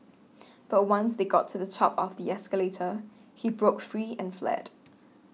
but once they got to the top of the escalator he broke free and fled